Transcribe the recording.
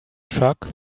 truck